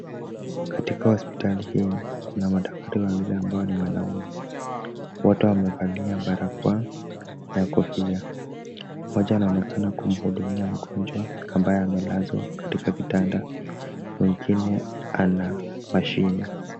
Katika hospitali hii, kuna madaktari wawili ambao ni wanaume. Wote wamevalia barakoa na kofia. Mmoja anaonekana kumhudumia mgonjwa ambaye amelazwa katika vitanda mwingine ana mashine.